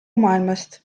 maailmast